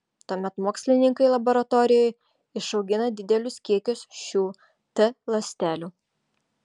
tuomet mokslininkai laboratorijoje išaugina didelius kiekius šių t ląstelių